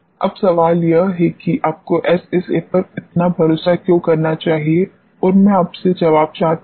अब सवाल यह है कि आपको एसएसए पर इतना भरोसा क्यों करना चाहिए और मैं आपसे जवाब चाहता हूं